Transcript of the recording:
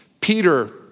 Peter